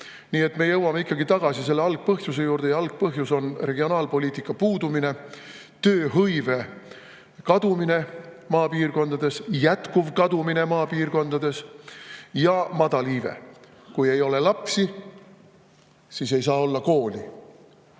Nii et me jõuame ikkagi tagasi algpõhjuse juurde ja algpõhjus on regionaalpoliitika puudumine, tööhõive jätkuv kadumine maapiirkondades ja madal iive. Kui ei ole lapsi, siis ei saa olla kooli.